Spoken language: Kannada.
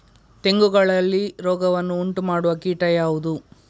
ತೆಂಗುಗಳಲ್ಲಿ ರೋಗವನ್ನು ಉಂಟುಮಾಡುವ ಕೀಟ ಯಾವುದು?